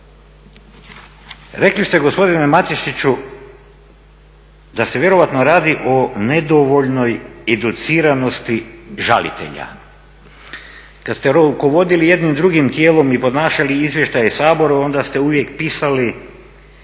Rekli ste gospodine Matešiću da se vjerojatno radi o nedovoljnoj educiranosti žalitelja. Kad ste rukovodili jednim drugim tijelom i podnašali izvještaje Saboru onda ste uvijek pisali